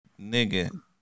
nigga